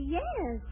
yes